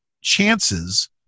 chances